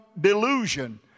delusion